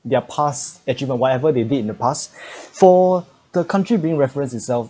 their past achieve on whatever they did in the past for the country being reference itself